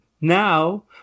Now